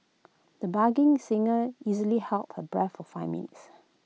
the bargain singer easily held her breath for five minutes